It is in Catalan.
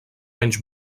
anys